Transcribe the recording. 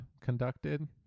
conducted